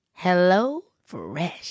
HelloFresh